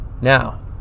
now